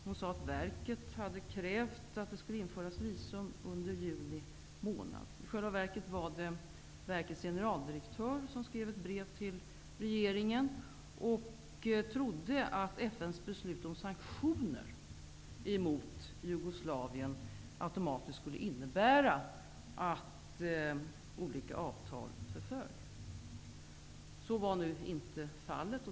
Hon sade att verket hade krävt att det skulle införas visum under juli månad. I själva verket var det verkets generaldirektör som skrev ett brev till regeringen och trodde att FN:s beslut om sanktioner emot Jugoslavien automatiskt skulle innebära att olika avtal förföll. Så var nu inte fallet.